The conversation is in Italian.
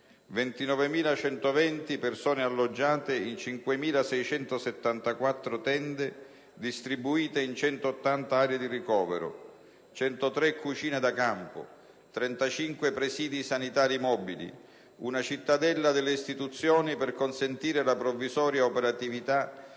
29.120 persone alloggiate in 5.674 tende distribuite in 180 aree di ricovero; 103 cucine da campo; 35 presidi sanitari mobili; una cittadella delle istituzioni per consentire la provvisoria operatività